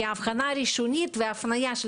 מכיוון שהאבחנה הראשונית והפניה של